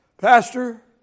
Pastor